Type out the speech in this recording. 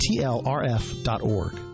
tlrf.org